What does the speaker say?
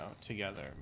together